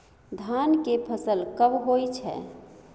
धान के फसल कब होय छै?